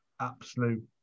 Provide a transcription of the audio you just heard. absolute